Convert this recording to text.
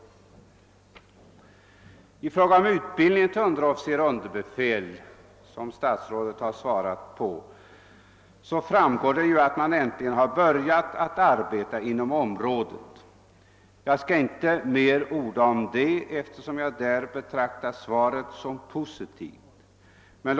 Vad beträffar frågan om utbildning till underofficer och underbefäl, som statsrådet har svarat på, framgår det av svaret, att man äntligen har börjat att arbeta inom området. Jag skall inte orda mer om det, därför att jag betraktar svaret på den punkten som positivt.